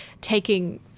taking